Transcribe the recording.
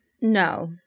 No